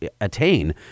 attain